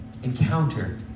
Encounter